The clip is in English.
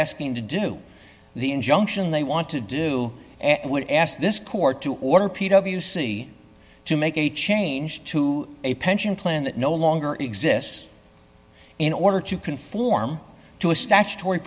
asking to do the injunction they want to do and would ask this court to order p w city to make a change to a pension plan that no longer exists in order to conform to a statutory